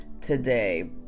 today